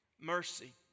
Mercy